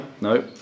No